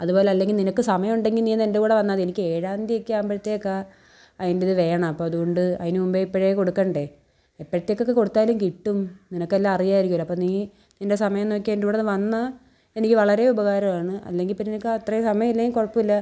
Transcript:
അതുപോലെ അല്ലെങ്കിൽ നിനക്ക് സമയം ഉണ്ടെങ്കിൽ നീ ഒന്ന് എൻ്റെ കൂടെ വന്നാൽ മതി എനിക്ക് ഏഴാം തീയൊക്കെ ആവുമ്പോഴത്തേക്കാണ് അതിൻ്റത് വേണം അപ്പോൾ അതുകൊണ്ട് അതിന് മുമ്പേ ഇപ്പോഴേ കൊടുക്കണ്ടേ എപ്പോഴത്തേക്കൊക്കെ കൊടുത്താലും കിട്ടും നിനക്കെല്ലാം അറിയായിരിക്കല്ലോ അപ്പോൾ നീ നിൻ്റെ സമയം നോക്കി എൻ്റെ കൂടോന്ന് വന്ന് എനിക്ക് വളരെ ഉപകാരം ആണ് അല്ലെങ്കിൽ പിന്നെ നിനക്കത്രേം സമയം ഇല്ലേ കുഴപ്പം ഇല്ല